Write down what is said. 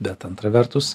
bet antra vertus